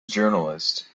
journalist